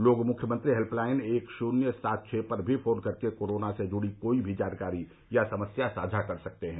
लोग मुख्यमंत्री हेल्पलाइन एक शुन्य सात छ पर भी फोन कर के कोरोना से जुड़ी कोई भी जानकारी या समस्या साझा कर सकते हैं